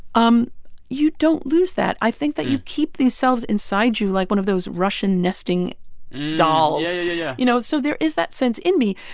um you don't lose that. i think that you keep these selves inside you like one of those russian nesting dolls yeah, yeah, yeah, yeah you know, so there is that sense in me.